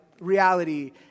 Reality